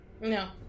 No